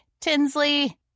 Tinsley